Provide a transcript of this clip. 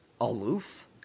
aloof